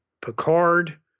Picard